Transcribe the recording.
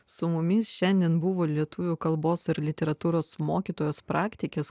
su mumis šiandien buvo lietuvių kalbos ar literatūros mokytojos praktikės